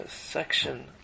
section